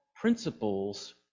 principles